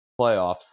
playoffs